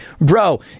bro